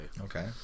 Okay